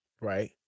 right